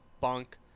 bunk